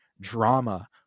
drama